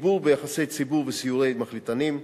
תגבור ביחסי ציבור וסיורי מחליטנים,